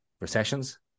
recessions